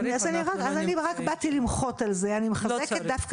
אני רוצה לברך